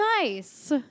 nice